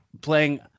playing